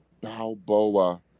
Balboa